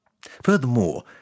Furthermore